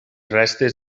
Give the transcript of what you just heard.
restes